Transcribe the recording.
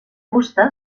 fusta